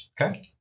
Okay